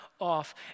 off